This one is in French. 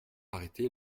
arrêter